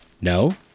No